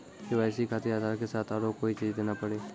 KYC खातिर आधार के साथ औरों कोई चीज देना पड़ी?